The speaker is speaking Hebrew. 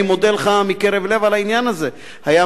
אני מודה לך מקרב לב על העניין הזה, תודה רבה.